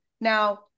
Now